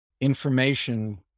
Information